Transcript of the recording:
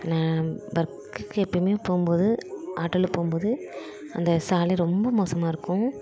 நான் எப்பவுமே போகும்போது ஆட்டோவில் போகும்போது அந்த சாலை ரொம்ப மோசமாயிருக்கும்